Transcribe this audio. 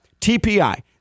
TPI